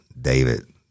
David